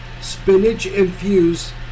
spinach-infused